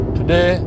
Today